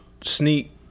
sneak